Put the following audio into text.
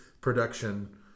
production